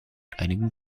einigen